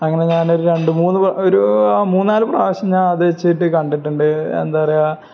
അങ്ങനെ ഞാനൊരു രണ്ട് മൂന്ന് ഒരു മൂന്നാല് പ്രാവശ്യം ഞാൻ അത് വച്ചിട്ട് കണ്ടിട്ടുണ്ട് എന്താണ് പറയുക